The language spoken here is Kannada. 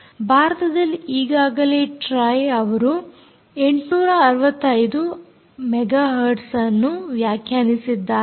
ಭಾರತದಲ್ಲಿ ಈಗಾಗಲೇ ಟ್ರೈ ಅವರು 865 ಮೆಗಾ ಹರ್ಟ್ಸ್ ಅನ್ನು ವ್ಯಾಖ್ಯಾನಿಸಿದ್ದಾರೆ